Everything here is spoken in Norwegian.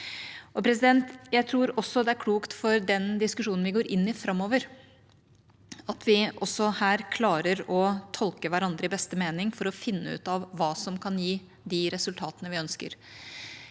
sivile. Jeg tror det er klokt for den diskusjonen vi går inn i framover, at vi også her klarer å tolke hverandre i beste mening for å finne ut av hva som kan gi de resultatene vi ønsker.